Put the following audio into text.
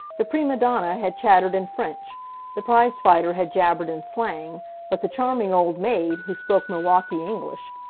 the prima donna had chattered in french the prize-fighter had jabbered in slang but the charming old maid, who spoke milwaukee english,